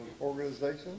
organization